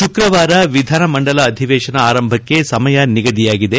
ಶುಕ್ರವಾರ ವಿಧಾನಮಂಡಲ ಅಧಿವೇತನ ಆರಂಭಕ್ಕೆ ಸಮಯ ನಿಗದಿಯಾಗಿದೆ